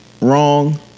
wrong